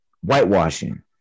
whitewashing